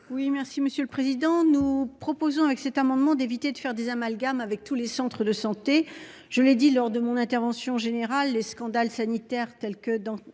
Oui, merci Monsieur le Président, nous proposons avec cet amendement, d'éviter de faire des amalgames avec tous les centres de santé, je l'ai dit lors de mon intervention générale les scandales sanitaires telles que